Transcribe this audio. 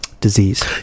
disease